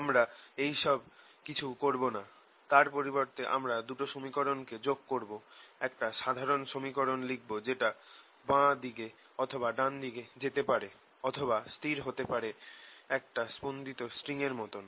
আমরা এইসব কিছু করবো না তার পরিবর্তে আমরা দুটো সমীকরণ কে যোগ করবো একটা সাধারণ সমীকরণ লিখবো যেটা বাঁ দিকে অথবা ডান দিকে যেতে পারে অথবা স্থির হতে পারে একটা স্পন্দিত স্ট্রিং এর মতন